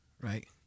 Right